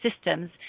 systems